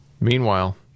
Meanwhile